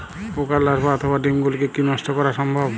পোকার লার্ভা অথবা ডিম গুলিকে কী নষ্ট করা সম্ভব?